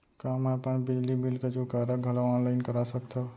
का मैं अपन बिजली बिल के चुकारा घलो ऑनलाइन करा सकथव?